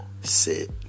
sit